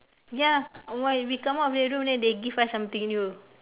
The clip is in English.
ya why we come out of the room then they give us something new